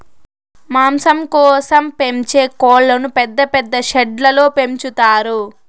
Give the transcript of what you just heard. మాంసం కోసం పెంచే కోళ్ళను పెద్ద పెద్ద షెడ్లలో పెంచుతారు